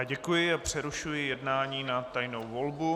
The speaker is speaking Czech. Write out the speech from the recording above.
Děkuji a přerušuji jednání na tajnou volbu.